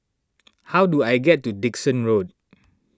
how do I get to Dickson Road